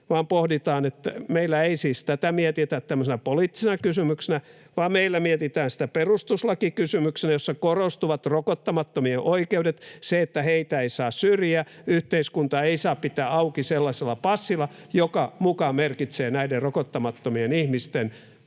ihmisille. Meillä ei siis tätä mietitä tämmöisenä poliittisena kysymyksenä, vaan meillä mietitään sitä perustuslakikysymyksenä, jossa korostuvat rokottamattomien oikeudet: se, että heitä ei saa syrjiä ja yhteiskuntaa ei saa pitää auki sellaisella passilla, joka muka merkitsee näiden rokottamattomien ihmisten perusoikeuksien